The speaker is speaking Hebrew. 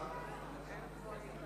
נא לא להפריע.